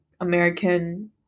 American